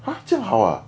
!huh! 这样好啊